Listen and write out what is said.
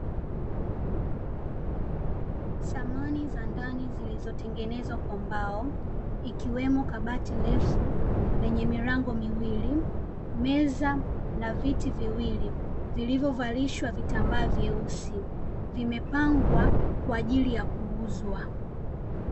Samani za ndani zilizotengenezwa kwa mbao, ikiwemo kabati refu lenye milango miwili, meza na viti viwili vilivyovalishwa vitambaa vyeusi. Vimepangwa kwaajili ya kuuzwa.